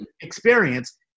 experience